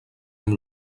amb